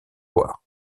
loire